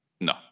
No